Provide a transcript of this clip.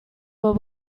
will